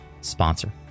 sponsor